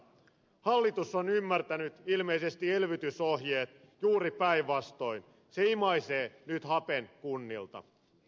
hallitus on ymmärtänyt ilmeisesti elvytysohjeet juuri päinvastoin se imaisee nyt hapen kunnilta